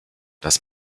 das